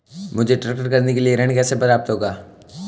मुझे ट्रैक्टर खरीदने के लिए ऋण कैसे प्राप्त होगा?